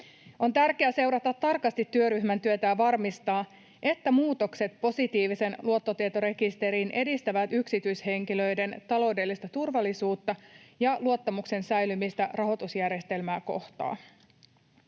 On tärkeää seurata tarkasti työryhmän työtä ja varmistaa, että muutokset positiiviseen luottotietorekisteriin edistävät yksityishenkilöiden taloudellista turvallisuutta ja luottamuksen säilymistä rahoitusjärjestelmää kohtaan.